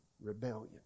rebellion